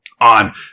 on